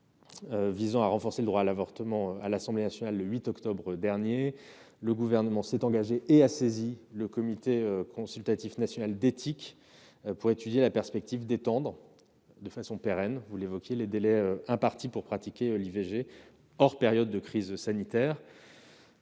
visant à renforcer le droit à l'avortement, à l'Assemblée nationale, le 8 octobre dernier, le Gouvernement s'est engagé- et a saisi le Comité consultatif national d'éthique à cette fin -à étudier la perspective d'étendre de façon pérenne les délais impartis pour pratiquer l'IVG hors période de crise sanitaire.